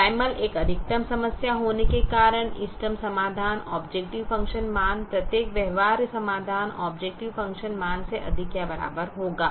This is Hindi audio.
प्राइमल एक अधिकतम समस्या होने के कारण इष्टतम समाधान ऑबजेकटिव फ़ंक्शन मान प्रत्येक व्यवहार्य समाधान ऑबजेकटिव फ़ंक्शन मान से अधिक या बराबर होगा